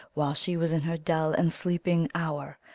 while she was in her dull and sleeping hour,